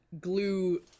glue